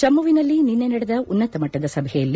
ಜಮ್ಮವಿನಲ್ಲಿ ನಿನ್ನೆ ನಡೆದ ಉನ್ನತ ಮಟ್ಟದ ಸಭೆಯಲ್ಲಿ